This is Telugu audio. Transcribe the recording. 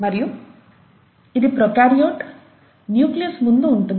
మరియు ఇది ప్రొకార్యోట్ న్యూక్లియస్ ముందు ఉంటుంది